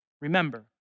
remember